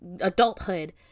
adulthood